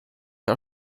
are